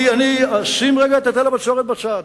אשים לרגע את היטל הבצורת בצד,